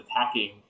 attacking